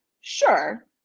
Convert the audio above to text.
sure